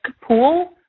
pool